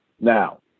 Now